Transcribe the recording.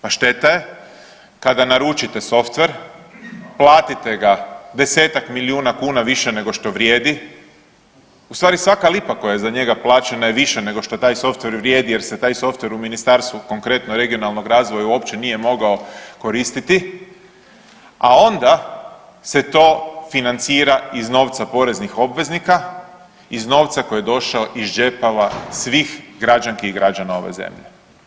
Pa šteta je kada naručite softver, platite ga 10-tak milijuna kuna više nego što vrijedi, u stvari svaka lipa koja je za njega plaćena je više nego što taj softver vrijedi jer se taj softver u ministarstvu konkretno regionalnoga razvoja uopće nije mogao koristiti, a onda se to financira iz novca poreznih obveznika, iz novca koji je došao iz džepova svih građanki i građana ove zemlje.